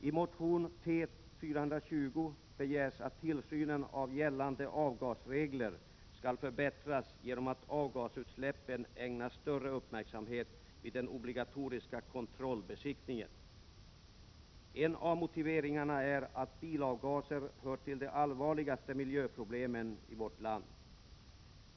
I motion T420 begärs att tillsynen av gällande avgasregler skall förbättras, genom att avgasutsläppen ägnas större uppmärksamhet vid den obligatoriska kontrollbesiktningen. En av motiveringarna är att bilavgaser hör till de allvarligaste miljöproblemen i vårt land.